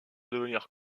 devenir